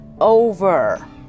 over